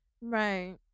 right